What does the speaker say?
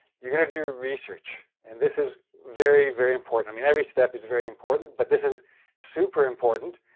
you're going to do research, and this is very, very important. i mean, every step is very important, but this is super important,